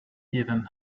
even